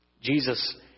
Jesus